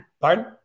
Pardon